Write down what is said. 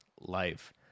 life